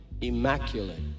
immaculate